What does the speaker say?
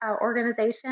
organization